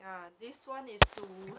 ya this one is to